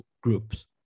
groups